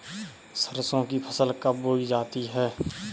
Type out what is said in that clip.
सरसों की फसल कब बोई जाती है?